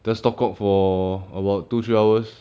just talk out for about two three hours